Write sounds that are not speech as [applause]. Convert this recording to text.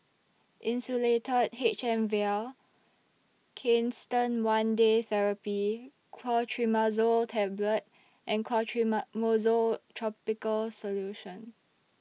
Insulatard H M Vial Canesten one Day Therapy Clotrimazole Tablet and [unintelligible] Topical Solution